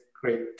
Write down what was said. great